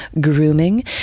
Grooming